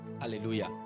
hallelujah